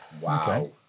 Wow